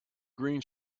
green